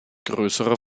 größere